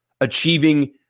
achieving